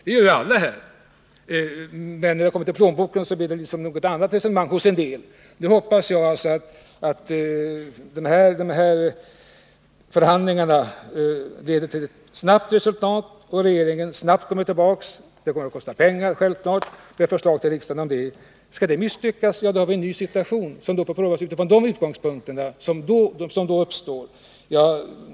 Men när det kommer till plånboken blir det ett annat resonemang hos en del. Nu hoppas jag alltså att förhandlingarna leder till ett snabbt resultat och att regeringen snart kommer tillbaka. Självfallet kommer då ett förslag till riksdagen att kosta pengar. Skulle detta misslyckas, har vi en ny situation som får prövas utifrån de utgångspunkter som då föreligger.